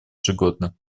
ежегодно